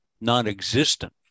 non-existent